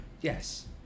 Yes